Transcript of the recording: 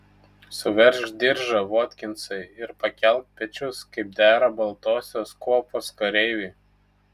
suveržk diržą votkinsai ir pakelk pečius kaip dera baltosios kuopos kareiviui